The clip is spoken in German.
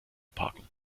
parken